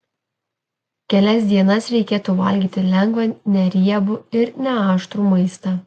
kelias dienas reikėtų valgyti lengvą neriebų ir neaštrų maistą